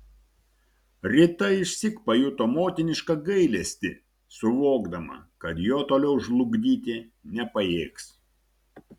rita išsyk pajuto motinišką gailestį suvokdama kad jo toliau žlugdyti nepajėgs